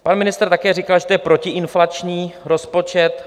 Pan ministr také říkal, že to je protiinflační rozpočet.